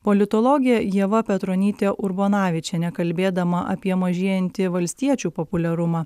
politologė ieva petronytė urbonavičienė kalbėdama apie mažėjantį valstiečių populiarumą